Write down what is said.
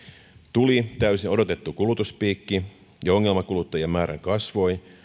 tuli täysin odotettu kulutuspiikki ja ongelmakuluttajien määrä kasvoi